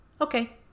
Okay